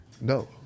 No